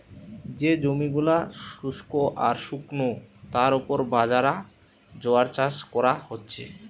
যে জমি গুলা শুস্ক আর শুকনো তার উপর বাজরা, জোয়ার চাষ কোরা হচ্ছে